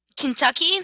Kentucky